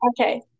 Okay